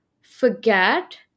forget